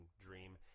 dream